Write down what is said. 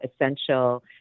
essential